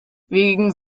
wegen